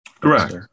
correct